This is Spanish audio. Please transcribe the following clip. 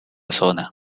zona